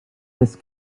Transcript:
this